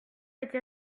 été